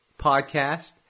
Podcast